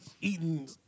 eating